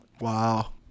Wow